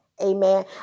Amen